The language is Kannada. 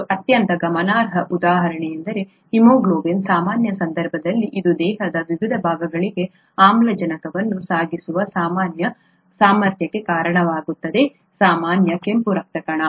ಮತ್ತು ಅತ್ಯಂತ ಗಮನಾರ್ಹ ಉದಾಹರಣೆಯೆಂದರೆ ಹಿಮೋಗ್ಲೋಬಿನ್ ಸಾಮಾನ್ಯ ಸಂದರ್ಭದಲ್ಲಿ ಇದು ದೇಹದ ವಿವಿಧ ಭಾಗಗಳಿಗೆ ಆಮ್ಲಜನಕವನ್ನು ಸಾಗಿಸುವ ಸಾಮಾನ್ಯ ಸಾಮರ್ಥ್ಯಕ್ಕೆ ಕಾರಣವಾಗುತ್ತದೆ ಸಾಮಾನ್ಯ ಕೆಂಪು ರಕ್ತ ಕಣ